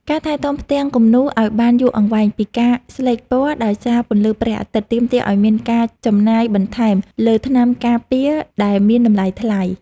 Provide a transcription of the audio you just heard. ការថែទាំផ្ទាំងគំនូរឱ្យបានយូរអង្វែងពីការស្លេកពណ៌ដោយសារពន្លឺព្រះអាទិត្យ ទាមទារឱ្យមានការចំណាយបន្ថែមលើថ្នាំការពារដែលមានតម្លៃថ្លៃ។